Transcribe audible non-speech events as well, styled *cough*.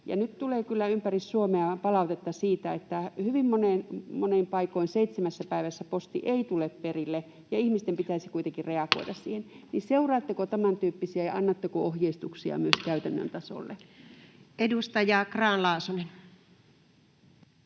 nyt tulee kyllä ympäri Suomea palautetta siitä, että hyvin monin paikoin seitsemässä päivässä posti ei tule perille ja ihmisten pitäisi kuitenkin reagoida siihen. *noise* Seuraatteko tämäntyyppisiä, ja annatteko ohjeistuksia *noise* myös käytännön tasolle? Edustaja Grahn-Laasonen.